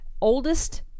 oldest